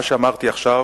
מה שאמרתי עכשיו,